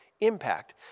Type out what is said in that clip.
impact